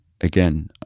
Again